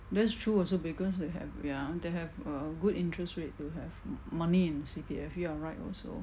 that's true also because they have ya they have a good interest rate to have m~ money in C_P_F you are right also